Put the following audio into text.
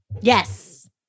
Yes